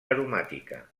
aromàtica